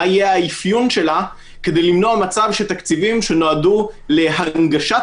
מה יהיה האפיון שלה כדי למנוע מצב שתקציבים שנועדו להנגשת